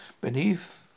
beneath